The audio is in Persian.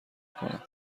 کنم